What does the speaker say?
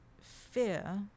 fear